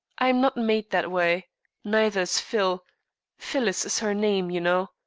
i am not made that way neither is phil phyllis is her name, you know.